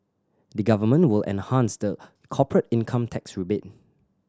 the Government will enhance the corporate income tax rebate